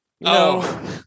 No